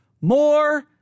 more